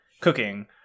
cooking